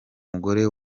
mugore